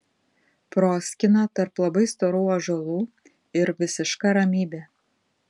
proskyna tarp labai storų ąžuolų ir visiška ramybė